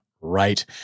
right